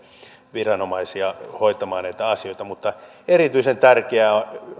viranomaisia hoitamaan näitä asioita mutta erityisen tärkeää